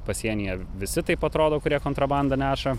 pasienyje visi taip atrodo kurie kontrabandą neša